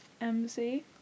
MZ